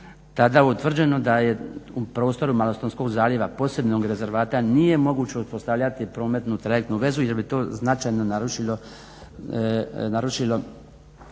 tada utvrđeno da je u prostoru Malostonskog zaljeva, posebnog rezervata nije moguće uspostavljati prometnu trajektnu vezu jer bi to značajno narušilo